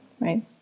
right